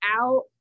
out